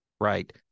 Right